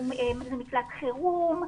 זה מקלט חירום,